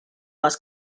les